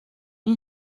این